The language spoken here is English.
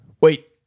Wait